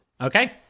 Okay